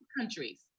countries